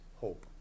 hope